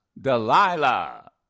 Delilah